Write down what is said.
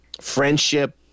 friendship